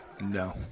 No